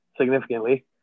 significantly